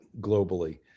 globally